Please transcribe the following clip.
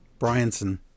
Bryanson